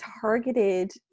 targeted